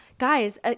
Guys